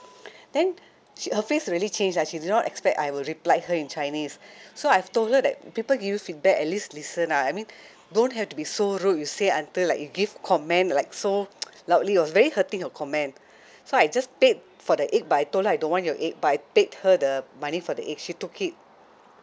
then she her face really changed lah she did not expect I will reply her in chinese so I told her that people give you feedback at least listen lah I mean don't have to be so rude you say until like you give comment like so loudly it was very hurting your comment so I just paid for the egg but I told her I don't want your egg but I paid her the money for the egg she took it